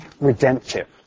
redemptive